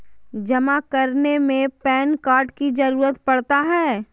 जमा करने में पैन कार्ड की जरूरत पड़ता है?